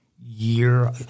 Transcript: year